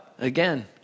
again